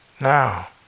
now